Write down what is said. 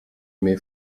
mail